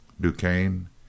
Duquesne